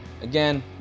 again